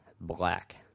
black